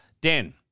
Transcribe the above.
Dan